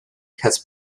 has